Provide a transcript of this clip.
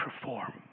perform